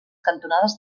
cantonades